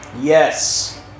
Yes